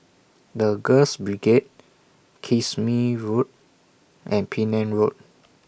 The Girls Brigade Kismis Road and Penang Road